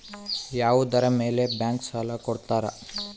ಯಾವುದರ ಮೇಲೆ ಬ್ಯಾಂಕ್ ಸಾಲ ಕೊಡ್ತಾರ?